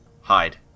hide